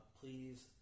please